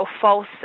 false